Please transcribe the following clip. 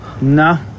No